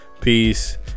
Peace